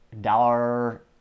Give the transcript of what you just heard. dollar